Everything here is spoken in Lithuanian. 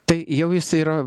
tai jau jis yra